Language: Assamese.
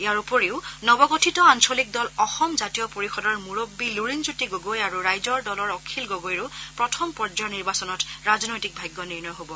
ইয়াৰ উপৰিও নৱগঠিত আঞ্চলিক দল অসম জাতীয় পৰিষদৰ মুৰববী হৈ লুৰিণজ্যোতি গগৈ আৰু ৰাইজৰ দলৰ অখিল গগৈৰো প্ৰথম পৰ্যায়ৰ নিৰ্বাচনত ৰাজনৈতিক ভাগ্য নিৰ্ণয় হ'ব